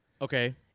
Okay